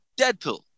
Deadpool